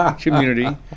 community